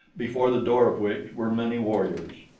before the door of which were many warriors.